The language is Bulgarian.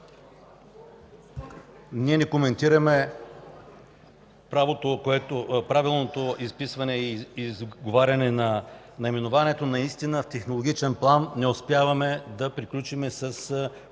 Ние не коментираме правилното изписване и изговаряне на наименованието. Наистина в технологичен план не успяваме да приключим с